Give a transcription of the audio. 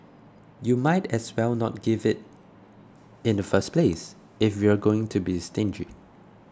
you might as well not give it in the first place if you're going to be stingy